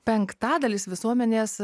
penktadalis visuomenės